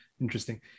interesting